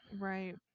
Right